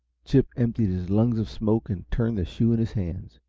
chip emptied his lungs of smoke, and turned the shoe in his hands.